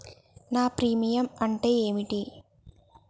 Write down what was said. నా ప్రీమియం అంటే ఏమిటి?